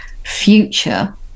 future